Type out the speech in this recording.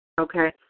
Okay